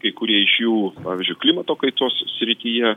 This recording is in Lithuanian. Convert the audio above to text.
kai kurie iš jų pavyzdžiui klimato kaitos srityje